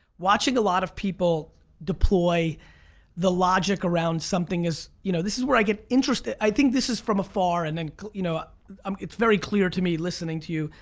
watching a lot of people deploy the logic around something, you know this is where i get interested. i think this is from afar, and and you know um it's very clear to me, listening to you,